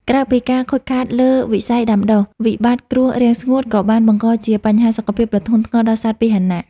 ក្រៅពីការខូចខាតលើវិស័យដាំដុះ វិបត្តិគ្រោះរាំងស្ងួតក៏បានបង្កជាបញ្ហាសុខភាពដ៏ធ្ងន់ធ្ងរដល់សត្វពាហនៈ។